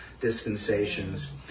dispensations